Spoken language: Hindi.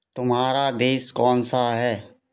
तुम्हारा देश कौन सा है